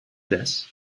this